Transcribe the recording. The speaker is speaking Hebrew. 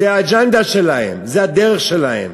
זו האג'נדה שלהם, זו הדרך שלהם,